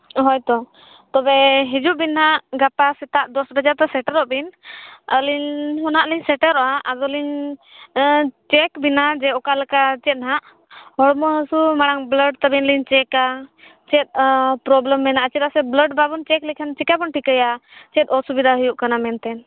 ᱦᱳᱭᱛᱳ ᱛᱚᱵᱮ ᱦᱤᱡᱩᱜ ᱵᱤᱱ ᱱᱟᱜ ᱜᱟᱯᱟ ᱥᱮᱛᱟᱜ ᱫᱚᱥ ᱵᱟᱡᱮ ᱛᱮ ᱥᱮᱴᱮᱨᱚᱜ ᱵᱤᱱ ᱟᱹᱞᱤᱧ ᱦᱚᱸᱼᱦᱟᱸᱜ ᱞᱤᱧ ᱥᱮᱴᱮᱨᱚᱜᱼᱟ ᱟᱫᱚᱞᱤᱧ ᱪᱮᱠ ᱵᱤᱱᱟ ᱚᱠᱟ ᱞᱮᱠᱟ ᱪᱮᱫ ᱱᱟᱜ ᱦᱚᱲᱢᱚ ᱦᱟᱹᱥᱩ ᱢᱟᱲᱟᱝ ᱵᱞᱟᱰ ᱛᱟᱹᱵᱤᱱ ᱞᱤᱧ ᱪᱮᱠᱟ ᱪᱮᱫ ᱯᱨᱳᱵᱞᱮᱢ ᱢᱮᱱᱟᱜᱼᱟ ᱪᱮᱫᱟᱜ ᱥᱮ ᱵᱞᱟᱰ ᱵᱟᱵᱚᱱ ᱪᱮᱠ ᱞᱮᱠᱷᱟᱱ ᱪᱤᱠᱟ ᱵᱚᱱ ᱴᱷᱤᱠᱟᱹᱭᱟ ᱪᱮᱫ ᱚᱥᱩᱵᱤᱫᱟ ᱦᱩᱭᱩᱜ ᱠᱟᱱᱟ ᱢᱮᱱᱛᱮ